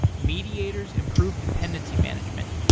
mediators improve dependency management,